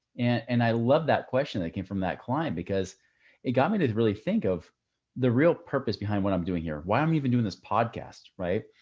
and i love that question that came from that client because it got me to really think of the real purpose behind what i'm doing here. why am i even doing this podcast? right?